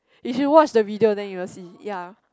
you should watch the video then you will see ya